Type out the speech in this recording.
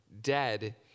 dead